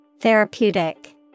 Therapeutic